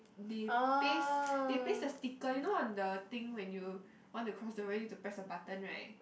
they paste they paste the sticker you know on the thing when you want to cross the road need to press the button right